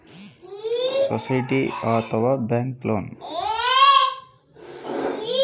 ಹಣಕಾಸಿನ ನೆರವು ಪಡೆಯಲು ನಾನು ಏನು ಮಾಡಬೇಕು?